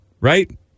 right